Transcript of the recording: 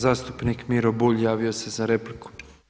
Zastupnik Miro Bulj javio se za repliku.